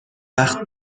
وقت